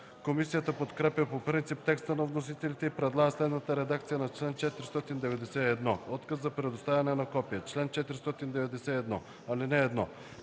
Комисията подкрепя по принцип текста на вносителите и предлага следната редакция на чл. 491: „Отказ за предоставяне на копие Чл. 491. (1)